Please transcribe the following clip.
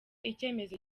icyemezo